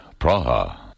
Praha